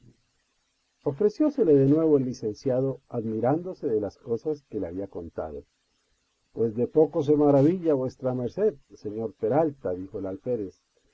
ofreciósele de nuevo el licenciado admirándose de las cosas que le había contado pues de poco se maravilla vuesa merced señor peralta dijo el alférez